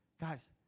Guys